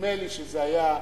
נדמה לי שזה היה,